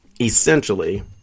essentially